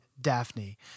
Daphne